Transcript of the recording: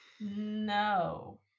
no